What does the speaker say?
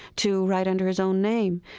to write under his own name.